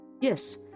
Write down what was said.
yes